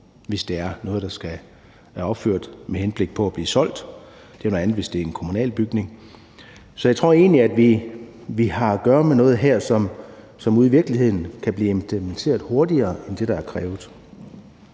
hvis det er noget, der skal opføres med henblik på at blive solgt. Det er noget andet, hvis det er en kommunal bygning. Så jeg tror egentlig, at vi har at gøre med noget her, som ude i virkeligheden kan blive implementeret hurtigere, end det, der er krævet.